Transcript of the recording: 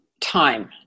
time